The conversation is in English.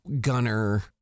gunner